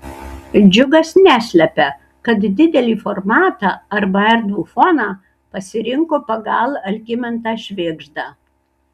džiugas neslepia kad didelį formatą arba erdvų foną pasirinko pagal algimantą švėgždą